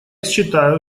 считаю